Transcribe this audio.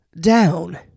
down